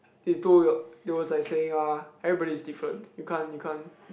they was like saying uh everybody is different you can't you can't